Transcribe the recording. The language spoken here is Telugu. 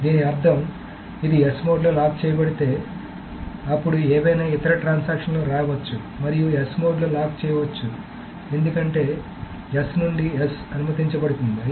కాబట్టి దీని అర్థం ఇది S మోడ్లో లాక్ చేయబడితే అప్పుడు ఏవైనా ఇతర ట్రాన్సాక్షన్ లు రావచ్చు మరియు S మోడ్లో లాక్ చేయబడవచ్చు ఎందుకంటే S నుండి S అనుమతించబడుతుంది